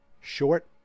short